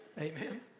Amen